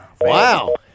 Wow